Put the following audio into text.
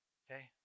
okay